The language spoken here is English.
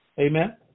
Amen